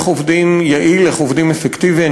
איך עובדים יעיל, איך עובדים אפקטיבי.